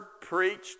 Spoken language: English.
preached